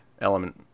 element